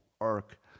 arc